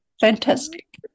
Fantastic